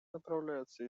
направляется